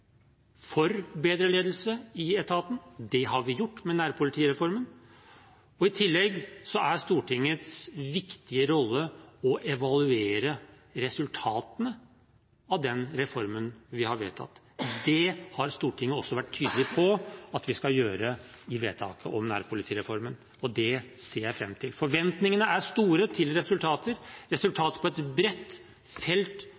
for bedre ledelse i etaten. Det har vi gjort med nærpolitireformen, og i tillegg er Stortingets viktige rolle å evaluere resultatene av den reformen vi har vedtatt. Det har Stortinget også vært tydelig på at vi skal gjøre i vedtaket om nærpolitireformen, og det ser jeg fram til. Forventningene er store til resultater – resultater på et bredt felt